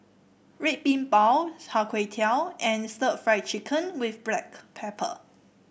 Red Bean Bao Chai Tow Kway and Stir Fried Chicken with Black Pepper